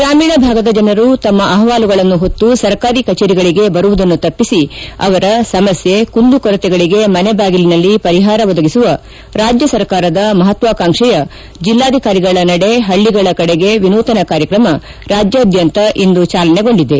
ಗ್ರಾಮೀಣ ಭಾಗದ ಜನರು ತಮ್ನ ಅಹವಾಲುಗಳನ್ನು ಹೊತ್ತು ಸರ್ಕಾರಿ ಕಚೇರಿಗಳಿಗೆ ಬರುವುದನ್ನು ತಪ್ಪಿಸಿ ಅವರ ಸಮಸ್ಥೆ ಕುಂದುಕೊರತೆಗಳಗೆ ಮನೆ ಬಾಗಿಲಿನಲ್ಲಿ ಪರಿಹಾರ ಒದಗಿಸುವ ರಾಜ್ಯ ಸರ್ಕಾರದ ಮಹತ್ವಾಕಾಂಕ್ಷೆಯ ಜಲ್ಲಾಧಿಕಾರಿಗಳ ನಡೆ ಹಳ್ಳಿಗಳ ಕಡೆಗೆ ವಿನೂತನ ಕಾರ್ಯಕ್ರಮ ರಾಜ್ಲಾದ್ಲಂತ ಇಂದು ಚಾಲನೆಗೊಂಡಿದೆ